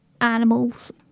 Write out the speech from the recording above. Animals